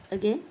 again